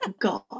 God